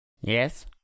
yes